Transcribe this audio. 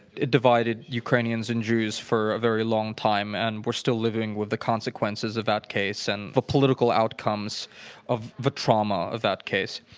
it divided ukrainians and jews for a very long time, and we're still living with the consequences of that case, and the political outcomes of the trauma of that case.